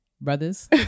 brothers